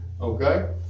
okay